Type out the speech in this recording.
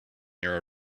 near